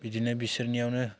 बिदिनो बिसोरनियावनो